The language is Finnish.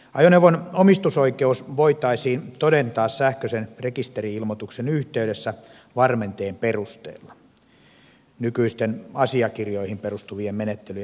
ajoneuvon omistusoikeus voitaisiin todentaa sähköisen rekisteri ilmoituksen yhteydessä varmenteen perusteella nykyisten asiakirjoihin perustuvien menettelyjen sijaan